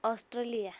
Australia